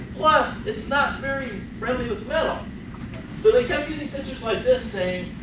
plus it's not very friendly with metal so they kept using pictures like this saying